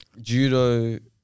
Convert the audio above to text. judo